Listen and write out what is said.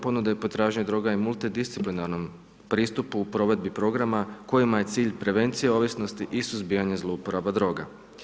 Ponuda i potražnja droga je multidisciplinarnom pristupu u provedbi programa u kojima je cilj prevencije ovisnosti i suzbijanja zlouporaba droga.